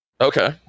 okay